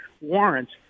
warrants